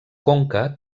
conca